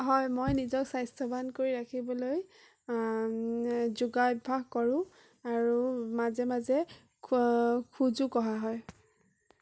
হয় মই নিজক স্বাস্থ্যৱান কৰি ৰাখিবলৈ যোগা অভ্যাস কৰোঁ আৰু মাজে মাজে খোজো কঢ়া হয়